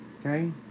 okay